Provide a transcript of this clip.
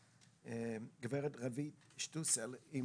גברת רוית שטוסל.